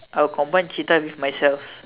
I would combine cheetah with myself